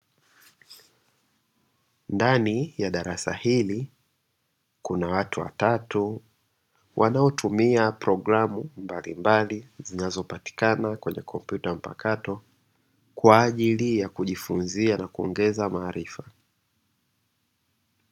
Ndani ya darasa hili kuna watu watatu wanaotumia programu mbalimbali zinazopatikana kwenye kompyuta mpakato kwa ajili ya kujifunzia na kuongeza maarifa.